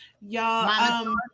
y'all